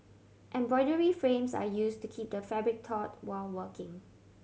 embroidery frames are use to keep the fabric taut while working